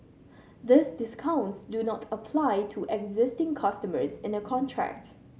these discounts do not apply to existing customers in a contract